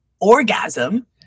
orgasm